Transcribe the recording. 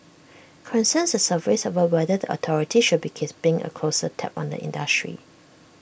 concerns surfaced over whether the authorities should be keeping A closer tab on the industry